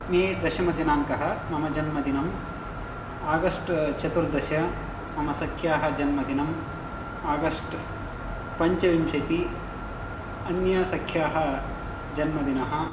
मे दशमदिनाङ्कः मम जन्मदिनम् आगस्ट् चतुर्दशे मम सख्याः जन्मदिनम् आगस्ट् पञ्चविंशतिः अन्यसख्याः जन्मदिनम्